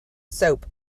soap